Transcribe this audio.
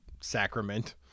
sacrament